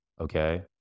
Okay